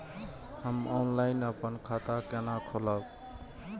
हम ऑनलाइन अपन खाता केना खोलाब?